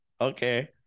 okay